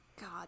God